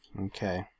Okay